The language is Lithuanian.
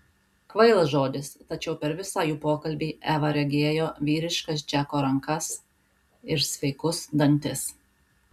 kvailas žodis tačiau per visą jų pokalbį eva regėjo vyriškas džeko rankas ir sveikus dantis